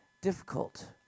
difficult